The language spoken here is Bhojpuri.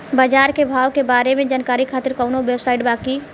बाजार के भाव के बारे में जानकारी खातिर कवनो वेबसाइट बा की?